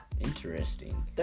Interesting